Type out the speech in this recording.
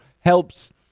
helps